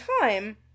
time